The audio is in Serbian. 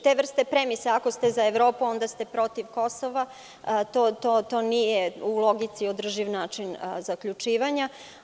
Te vrste premisa ako ste za Evropu, onda ste protiv Kosova nisu u logici održiv način zaključivanja.